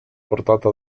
portata